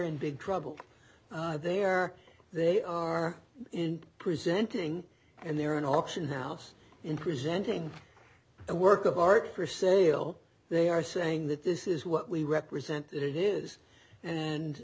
in big trouble there they are in presenting and they are an auction house in presenting the work of art for sale they are saying that this is what we represent it is and